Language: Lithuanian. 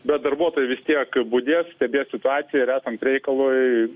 bet darbuotojai vis tiek budės stebės situaciją ir esant reikalui